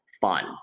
fun